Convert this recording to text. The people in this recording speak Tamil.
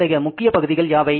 அத்தகைய முக்கிய பகுதிகள் யாவை